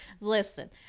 Listen